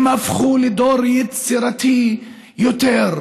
הם הפכו לדור יצירתי יותר,